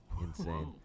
insane